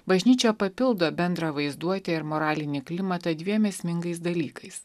bažnyčia papildo bendrą vaizduotę ir moralinį klimatą dviem esmingais dalykais